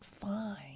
fine